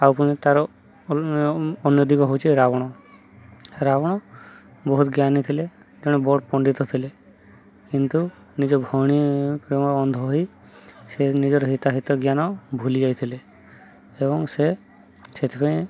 ଆଉ ପୁଣି ତାର ଅନ୍ୟ ଦିଗ ହେଉଛି ରାବଣ ରାବଣ ବହୁତ ଜ୍ଞାନୀ ଥିଲେ ଜଣେ ବଡ଼ ପଣ୍ଡିତ ଥିଲେ କିନ୍ତୁ ନିଜ ଭଉଣୀ ପ୍ରେମରେ ଅନ୍ଧ ହୋଇ ସେ ନିଜର ହିତାହିିତ ଜ୍ଞାନ ଭୁଲି ଯାଇଥିଲେ ଏବଂ ସେ ସେଥିପାଇଁ